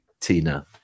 Tina